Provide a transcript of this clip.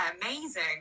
amazing